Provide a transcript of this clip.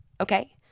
Okay